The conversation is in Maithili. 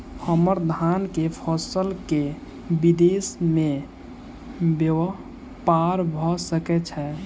हम्मर धान केँ फसल केँ विदेश मे ब्यपार भऽ सकै छै?